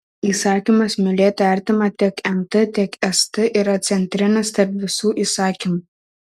įsakymas mylėti artimą tiek nt tiek st yra centrinis tarp visų įsakymų